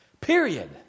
Period